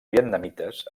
vietnamites